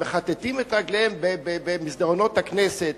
מכתתים את רגליהם במסדרונות הכנסת.